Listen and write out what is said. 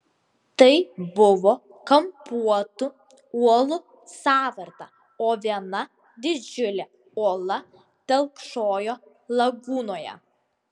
tai buvo kampuotų uolų sąvarta o viena didžiulė uola telkšojo lagūnoje